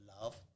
love